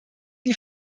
die